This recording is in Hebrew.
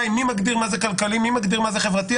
היא מי מגדיר מה זה כלכלי ומי מגדיר מה זה חברתי.